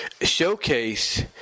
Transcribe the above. showcase